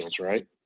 right